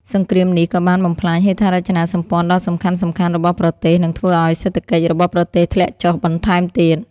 សង្គ្រាមនេះក៏បានបំផ្លាញហេដ្ឋារចនាសម្ព័ន្ធដ៏សំខាន់ៗរបស់ប្រទេស និងធ្វើឱ្យសេដ្ឋកិច្ចរបស់ប្រទេសធ្លាក់ចុះបន្ថែមទៀត។